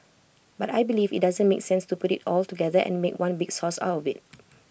but I believe IT doesn't make sense to put IT all together and make one big sauce out of IT